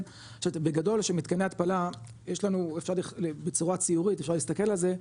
בגדול שמתקני התפלה יש לנו אפשר בצורה ציורית אפשר להסתכל על זה,